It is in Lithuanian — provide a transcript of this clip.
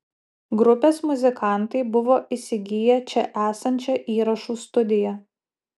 grupės muzikantai buvo įsigiję čia esančią įrašų studiją